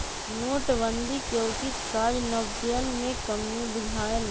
नोटबन्दि के उचित काजन्वयन में कम्मि बुझायल